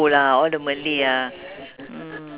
as long it's something heavy ah